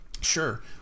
Sure